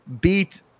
beat